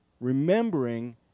remembering